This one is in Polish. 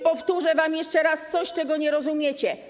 Powtórzę wam jeszcze raz coś, czego nie rozumiecie.